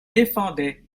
défendait